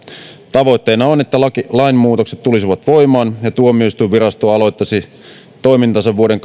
tavoitteena on että lainmuutokset tulisivat voimaan ja tuomioistuinvirasto aloittaisi toimintansa vuoden